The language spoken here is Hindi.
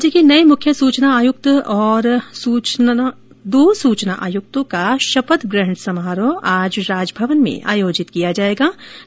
राज्य के नए मुख्य सूचना आयुक्त और दो सूचना आयुक्तों का शपथ ग्रहण सामारोह आज राजभवन में आयोजित किया जा रहा है